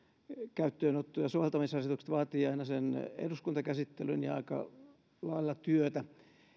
käyttöönotto ja soveltamisasetukset vaativat aina sen eduskuntakäsittelyn ja aika lailla työtä